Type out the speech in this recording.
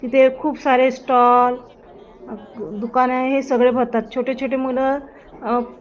तिथे खूप सारे स्टॉल दुकानं आहे हे सगळे भरतात छोटे छोटे मुलं